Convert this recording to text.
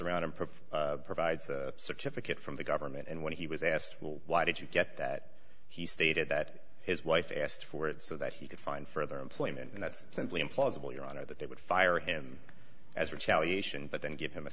around and prefer provides a certificate from the government and when he was asked well why did you get that he stated that his wife asked for it so that he could find further employment and that's simply implausible your honor that they would fire him as a challenge but then give him a